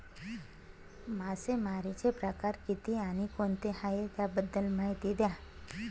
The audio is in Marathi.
मासेमारी चे प्रकार किती आणि कोणते आहे त्याबद्दल महिती द्या?